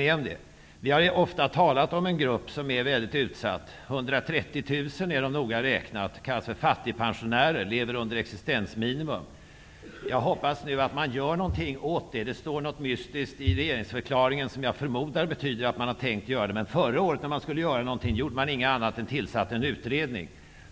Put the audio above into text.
Vi i Ny demokrati har ofta talat om en grupp på -- noga räknat -- 130 000 personer, som är väldigt utsatt, nämligen fattigpensionärerna, vilka lever under existensminimum. Jag hoppas nu att man gör någonting åt deras situation. Det står någonting mystiskt i regeringsförklaringen, som jag förmodar betyder att man tänker göra något. Men förra året när man skulle ta itu med saken gjorde man ingenting annat än att tillsätta en utredning.